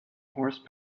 horse